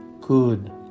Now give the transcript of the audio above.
good